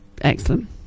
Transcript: Excellent